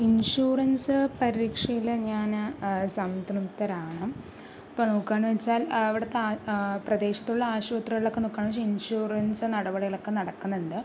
insurance പരീക്ഷയിൽ ഞാൻ സംതൃപ്തരാണ് ഇപ്പോൾ നോക്കാന്ന് വെച്ചാൽ ഇവിടുത്തെ ആ പ്രദേശത്തുള്ള ആശുപത്രികളിലൊക്കെ നോക്കാന്ന് വെച്ചാൽ ഇൻഷുറൻസ് നടപടികളൊക്കെ നടക്കുന്നുണ്ട്